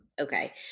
Okay